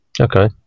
Okay